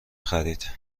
خرید